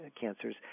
cancers